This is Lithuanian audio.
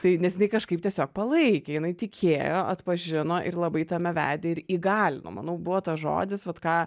tai nes jinai kažkaip tiesiog palaikė jinai tikėjo atpažino ir labai tame vedė ir įgalino manau buvo tas žodis vat ką